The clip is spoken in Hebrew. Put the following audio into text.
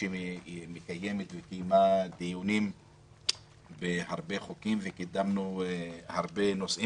שמקיימת וקיימה דיונים בהרבה חוקים וקידמנו הרבה נושאים.